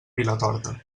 vilatorta